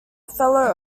fellow